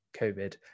COVID